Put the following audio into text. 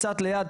קצת ליד,